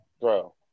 bro